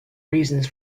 reasons